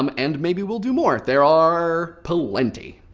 um and maybe we'll do more. there are plenty.